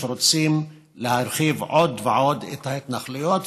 שרוצים להרחיב עוד ועוד את ההתנחלויות.